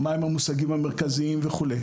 מהם המושגים המרכזיים וכו'.